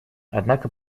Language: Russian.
однако